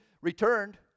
returned